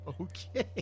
Okay